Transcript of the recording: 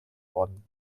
worden